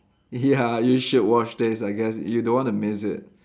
ya you should watch this I guess you don't want to miss it